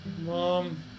Mom